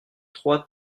trois